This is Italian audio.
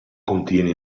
contiene